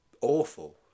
awful